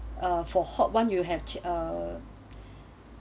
uh for hot one you have uh